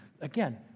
Again